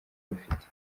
rufite